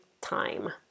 time